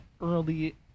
early